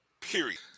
period